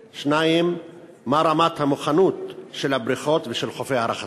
2. מה היא רמת המוכנות של הבריכות ושל חופי הרחצה?